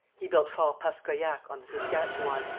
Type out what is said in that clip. he built fort paskoyac, on the saskatchewan,